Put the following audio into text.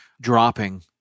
dropping